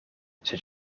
zet